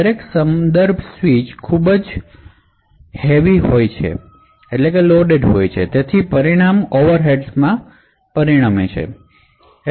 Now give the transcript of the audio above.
દરેક context switch ખૂબ ભારે હોય છે અને પરિણામે તે ઓવરહેડ્સમાં પરિણમે છે